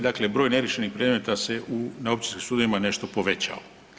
Dakle broj neriješenih predmeta se na općinskim sudovima nešto povećao.